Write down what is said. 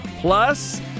Plus